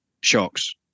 shocks